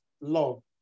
love